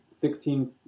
sixteen